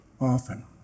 often